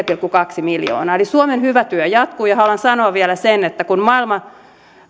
pilkku kaksi miljoonaa eli suomen hyvä työ jatkuu haluan sanoa vielä sen että kun maailma